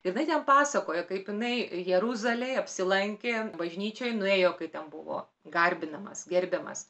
jinai ten pasakojo kaip jinai jeruzalėj apsilankė bažnyčioj nuėjo kai ten buvo garbinamas gerbiamas